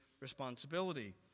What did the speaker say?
responsibility